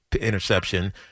interception